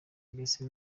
mbese